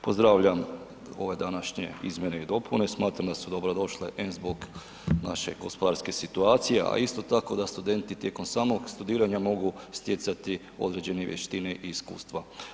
Pozdravljam ove današnje izmjene i dopune, smatram da su dobrodošle em zbog naše gospodarske situacije a isto tako da studenti tijekom samog studiranja mogu stjecati određene vještine i iskustva.